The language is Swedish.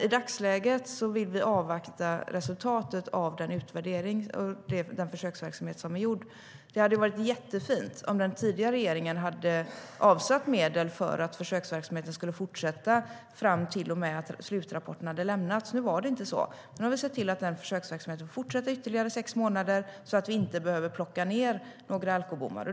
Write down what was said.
I dagsläget vill vi avvakta resultatet av utvärderingen av den försöksverksamhet som är gjord. Det hade varit jättefint om den tidigare regeringen hade avsatt medel för fortsatt försöksverksamhet fram till att slutrapporten lämnats. Nu var det inte så. Men vi har sett till att försöksverksamheten fortsätter ytterligare sex månader, så att vi inte behöver plocka ned några alkobommar.